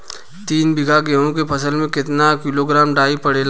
तीन बिघा गेहूँ के फसल मे कितना किलोग्राम डाई पड़ेला?